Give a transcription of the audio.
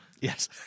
Yes